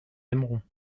aimeront